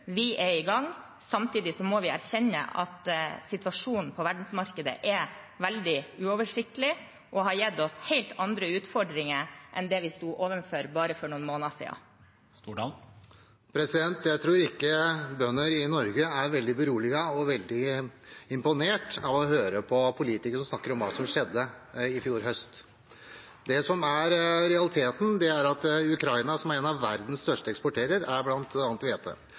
vi er i gang. Samtidig må vi erkjenne at situasjonen på verdensmarkedet er veldig uoversiktlig og har gitt oss helt andre utfordringer enn det vi sto overfor bare for noen måneder siden. Jeg tror ikke bønder i Norge er veldig beroliget og veldig imponert over å høre på politikere som snakker om hva som skjedde i fjor høst. Det som er realiteten, er at Ukraina, som er en av verdens største